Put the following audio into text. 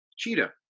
Cheetah